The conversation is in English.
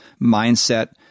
mindset